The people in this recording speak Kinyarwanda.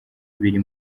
biri